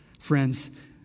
friends